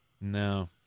No